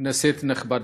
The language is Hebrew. כנסת נכבדה,